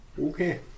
Okay